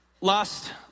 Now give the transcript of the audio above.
Last